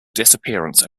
disappearance